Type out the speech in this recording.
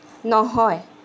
নহয়